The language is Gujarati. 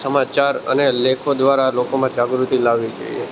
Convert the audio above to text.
સમાચાર અને લેખો દ્વારા લોકોમાં જાગૃતિ લાવવી જોઈએ